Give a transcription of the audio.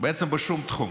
בעצם בשום תחום.